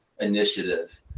initiative